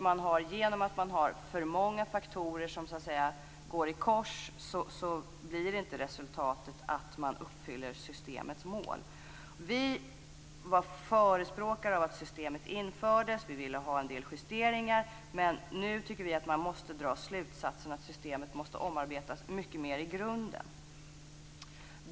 Eftersom man har för många faktorer som så att säga går i kors blir inte resultatet att man uppfyller systemets mål. Vi var förespråkare för att systemet infördes. Vi ville ha en del justeringar, men nu tycker vi att man måste dra slutsatsen att systemet måste omarbetas mycket mer i grunden.